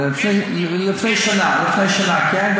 לפני שנה, כן?